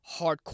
hardcore